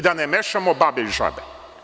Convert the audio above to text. Da ne mešamo babe i žabe.